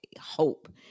hope